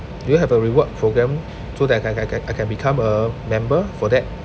do you have a reward programme so that I I I I can become a member for that